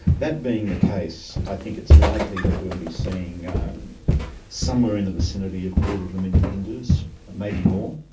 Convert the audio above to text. that being the case, i think it's likely that we'll be seeing somewhere in the vicinity of a quarter of a million hindus, maybe more,